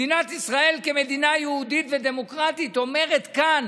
מדינת ישראל כמדינה יהודית ודמוקרטית אומרת כאן